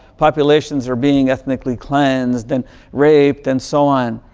populations are being ethnically cleansed and raped and so on,